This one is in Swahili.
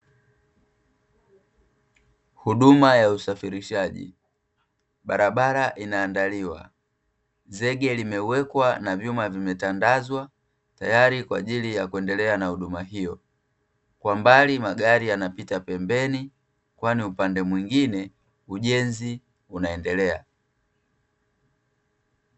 Huduma ya usafirishaji, barabara inaandaliwa. Zege limewekwa na vyuma vimetandazwa tayari kwa ajili ya kuendelea na huduma hiyo. Kwa mbali magari yanapita pembeni kwani upande mwingine ujenzi unaendelea.